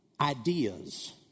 ideas